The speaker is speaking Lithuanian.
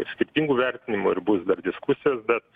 skirtingų vertinimų ir bus dar diskusijos bet